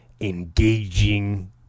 engaging